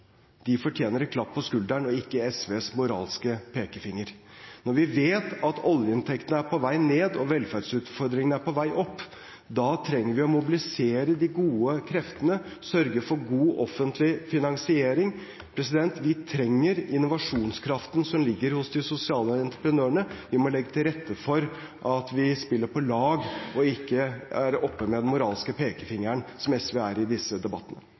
De mange sosiale entreprenørene, frivillige og private, som bidrar til å utvikle velferdssamfunnet vårt, fortjener et klapp på skulderen, og ikke SVs moralske pekefinger. Når vi vet at oljeinntektene er på vei ned og velferdsutfordringene er på vei opp, trenger vi å mobilisere de gode kreftene og sørge for god offentlig finansiering. Vi trenger innovasjonskraften som ligger hos de sosiale entreprenørene. Vi må legge til rette for at vi spiller på lag og ikke er oppe med den moralske pekefingeren, som SV er i